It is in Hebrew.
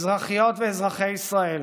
אזרחיות ואזרחי ישראל,